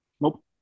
Nope